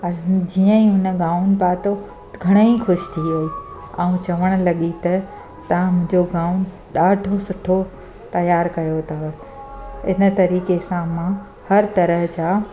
ऐं जीअं ई हुन गाउन पातो घणेई ख़ुशि थी हुई ऐं चवणु लॻी त तव्हां मुंहिंजो गाउन ॾाढो सुठो तयारु कयो अथव इन तरीक़े सां मां हर तरह जा